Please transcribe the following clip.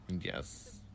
Yes